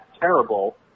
terrible